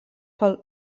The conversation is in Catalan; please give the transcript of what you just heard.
pel